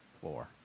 floor